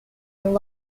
and